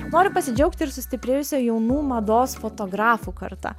noriu pasidžiaugti ir sustiprėjusia jaunų mados fotografų karta